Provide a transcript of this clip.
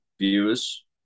viewers